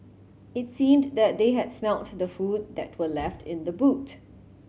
it seemed that they had smelt the food that were left in the boot